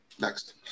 Next